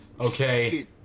Okay